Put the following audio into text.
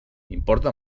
importa